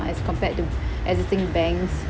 as compared to existing banks